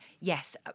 yes